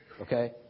Okay